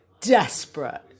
desperate